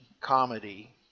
comedy